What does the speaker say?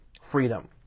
freedom